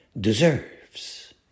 deserves